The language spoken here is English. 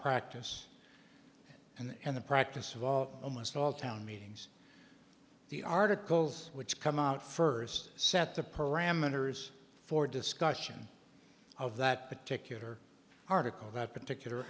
practice and in the practice of all almost all town meetings the articles which come out first set the parameters for discussion of that particular article that particular